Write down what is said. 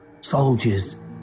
soldiers